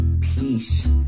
peace